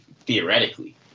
theoretically